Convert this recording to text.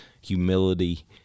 humility